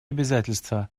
обязательства